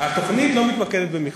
התוכנית לא מתמקדת במיחזור.